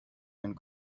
and